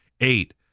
eight